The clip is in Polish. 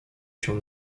się